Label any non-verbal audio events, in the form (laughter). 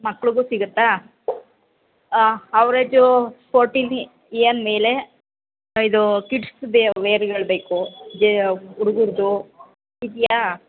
ಮಕ್ಳಿಗೂ ಸಿಗುತ್ತಾ ಅವ್ರ ಎಜೂ ಫೋರ್ಟಿನ್ ಇಯರ್ ಮೇಲೆ ಇದು ಕಿಡ್ಸ್ ಬೇ ವೇರ್ಗಳು ಬೇಕು (unintelligible) ಹುಡ್ಗುರ್ದು ಇದೆಯಾ